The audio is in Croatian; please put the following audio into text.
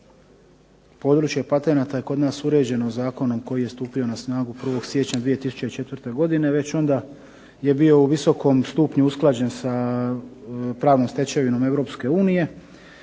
područje patenata je kod nas uređeno zakonom koji je stupio na snagu 1. siječnja 2004. godine već onda je bio u visokom stupnju usklađen sa pravnom stečevinom EU.